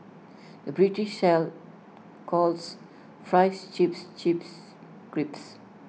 the British sell calls Fries Chips Chips crisps